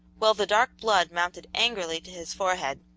while the dark blood mounted angrily to his forehead.